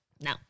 No